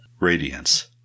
radiance